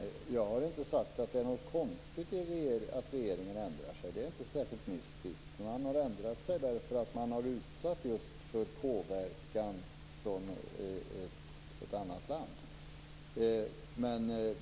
Herr talman! Jag har inte sagt att det är något konstigt med att regeringen ändrar sig. Det är inte särskilt mystiskt. Men den har ändrat sig därför att den varit utsatt just för påverkan från ett annat land.